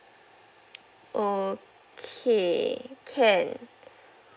okay can